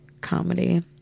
comedy